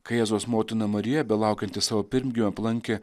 kai jėzaus motina marija belaukianti savo pirmgimio aplankė